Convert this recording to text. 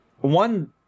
one